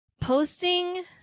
posting